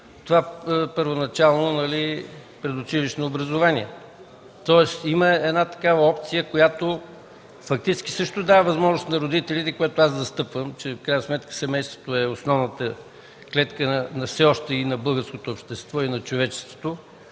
това първоначално предучилищно образование. Тоест има една такава опция, която фактически също дава възможност на родителите, което аз застъпвам, че в крайна сметка семейството е основната клетка на всеобщото, на българското общество и на човечеството